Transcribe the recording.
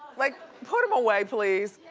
like put him away please.